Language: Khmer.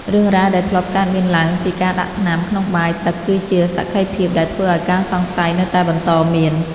រឿងរ៉ាវដែលធ្លាប់កើតមានឡើងពីការដាក់ថ្នាំក្នុងបាយទឹកគឺជាសក្ខីភាពដែលធ្វើឱ្យការសង្ស័យនៅតែបន្តមាន។